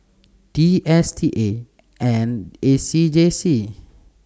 D S T A and A C J C